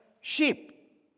sheep